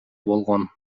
болгон